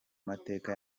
mateka